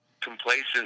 complacent